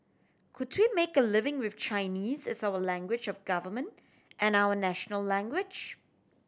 could we make a living with Chinese as our language of government and our national language